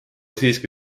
siiski